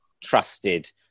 trusted